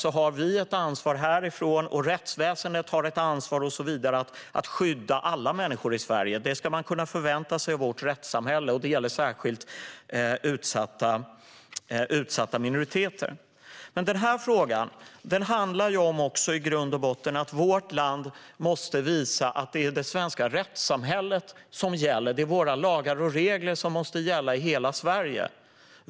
Men vi här har ett ansvar att skydda alla människor i Sverige. Även rättsväsendet och så vidare har ett ansvar. Det ska man kunna förvänta sig av vårt rättssamhälle, och det gäller i synnerhet utsatta minoriteter. Men den här frågan handlar i grund och botten också om att vårt land måste visa att det är det svenska rättssamhället som gäller. Det är våra lagar och regler som måste gälla i hela Sverige.